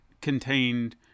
contained